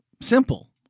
simple